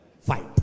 Fight